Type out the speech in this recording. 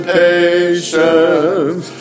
patience